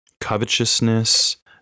covetousness